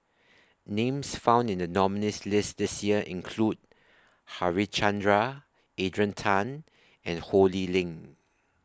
Names found in The nominees' list This Year include Harichandra Adrian Tan and Ho Lee Ling